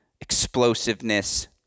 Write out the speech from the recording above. explosiveness